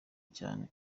cyane